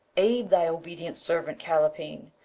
aid thy obedient servant callapine,